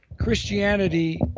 Christianity